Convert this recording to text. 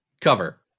cover